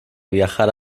viajar